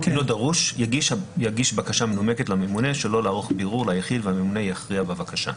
יגיש בקשה מנומקת לממונה שלא לערוך בירור ליחיד והממונה יכריע בבקשה."